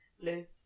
Blue